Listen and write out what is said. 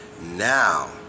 Now